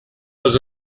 was